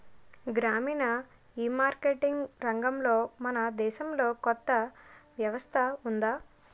గ్రామీణ ఈమార్కెటింగ్ రంగంలో మన దేశంలో కొత్త వ్యవస్థ ఉందా?